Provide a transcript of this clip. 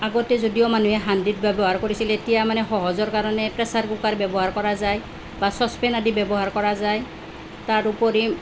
আগতে যদিও মানুহে হান্দিত ব্যৱহাৰ কৰিছিলে এতিয়া মানে সহজৰ কাৰণে প্ৰেচাৰ কুকাৰ ব্যৱহাৰ কৰা যায় বা চ'চপেন আদি ব্যৱহাৰ কৰা যায় তাৰ উপৰি